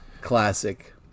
Classic